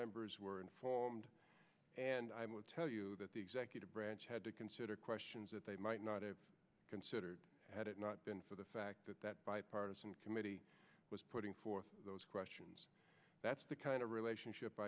members were informed and i will tell you that the executive branch had to consider questions that they might not have considered had it not been for the fact that that bipartisan committee was putting forth those questions that's the kind of relationship